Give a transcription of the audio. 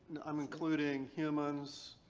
i'm including humans,